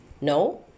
No